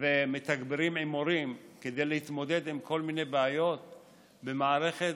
ומתגברים עם מורים כדי להתמודד עם כל מיני בעיות במערכת,